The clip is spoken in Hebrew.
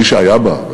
מי שהיה בה,